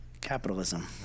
Capitalism